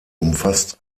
umfasst